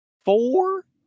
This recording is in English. four